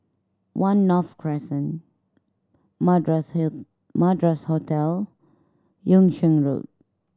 One North Crescent Madras here Madras Hotel Yung Sheng Road